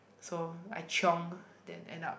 so I chiong then end up